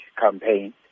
campaign